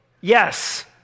Yes